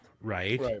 Right